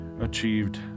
achieved